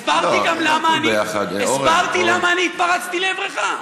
הסברתי למה התפרצתי לעברך,